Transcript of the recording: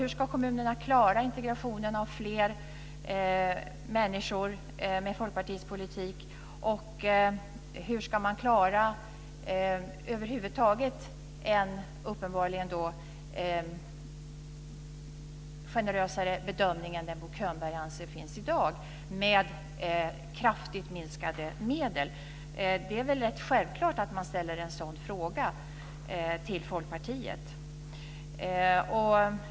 Hur ska kommunerna klara integrationen av fler människor med Folkpartiets politik? Hur ska man över huvud taget klara en uppenbarligen generösare bedömning än den som Bo Könberg anser finns i dag med kraftigt minskade medel? Det är väl rätt självklart att man ställer en sådan fråga till Folkpartiet.